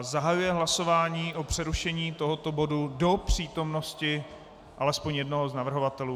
Zahajuji hlasování o přerušení tohoto bodu do přítomnosti alespoň jednoho z navrhovatelů.